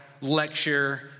lecture